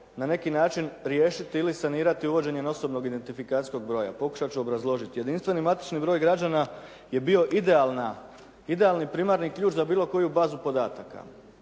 na neki način riješiti ili sanirati uvođenjem osobnog identifikacijskog broja. Pokušat ću obrazložiti. Jedinstveni matični broj građana je bio idealni primarni ključ za bilo koju bazu podataka